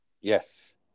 yes